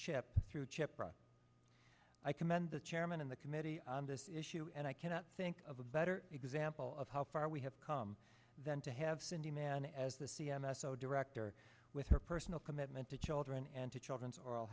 chip through chip i commend the chairman and the committee on this issue and i cannot think of a better example of how far we have come than to have seen the man as the c m s so director with her personal commitment to children and to children's oral